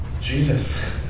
Jesus